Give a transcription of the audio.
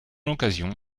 l’occasion